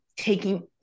Taking